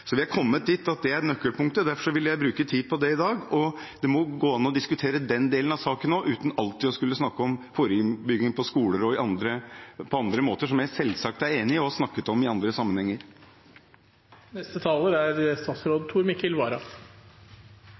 Vi er kommet dit at det er nøkkelpunktet. Derfor ville jeg bruke tid på det i dag. Det må gå an å diskutere den delen av saken også, uten alltid å skulle snakke om forebygging på skoler og på andre måter, som jeg selvsagt er enig i og har snakket om i andre sammenhenger.